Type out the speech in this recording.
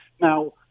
Now